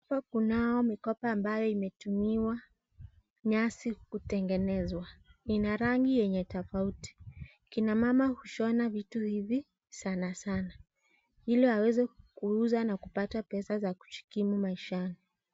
Hapa kunao mikoba ambayo imetumiwa nyasi kutengenezwa. Ina rangi yenye tofauti, kina mama hushona vitu hivi sana sana ili waweze kuuza na kupata pesa za kujikimu maishani.